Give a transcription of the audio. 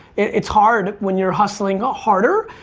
it's hard, when you're hustling ah harder.